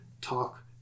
talk